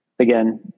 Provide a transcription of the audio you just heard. Again